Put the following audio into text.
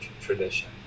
tradition